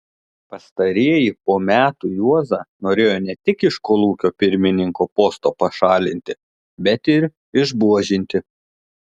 pastarieji po metų juozą norėjo ne tik iš kolūkio pirmininko posto pašalinti bet ir išbuožinti